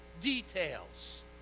details